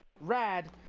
rad